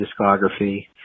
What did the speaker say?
discography